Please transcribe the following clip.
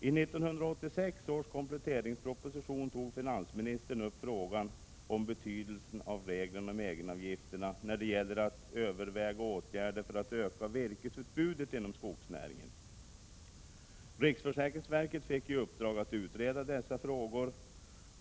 I 1986 års kompletteringsproposition tog finansministern upp frågan om betydelsen av reglerna för egenavgifterna när det gäller att överväga åtgärder för att öka virkesutbudet inom skogsnäringen. Riksförsäkringsverket fick i uppdrag att utreda dessa frågor.